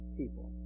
people